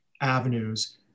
avenues